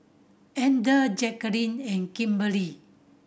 Ander Jackeline and Kimberly